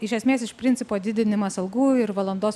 iš esmės iš principo didinimas algų ir valandos